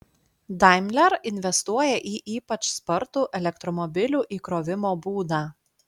daimler investuoja į ypač spartų elektromobilių įkrovimo būdą